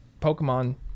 Pokemon